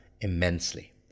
immensely